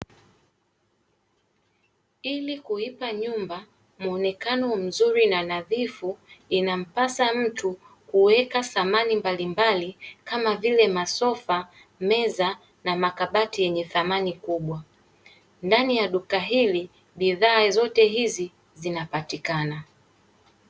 Ili kuipa nyumba muonekano mzuri na nadhifu inampasa mtu kuweka thamani mbalimbali kama vile masofa, meza na makabati yenye thamani kubwa. Ndani ya duka hili bidhaa zote hizi zinapatikana.